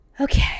Okay